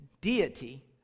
deity